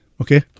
okay